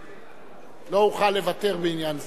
לא אוכל לוותר בעניין זה.